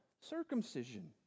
circumcision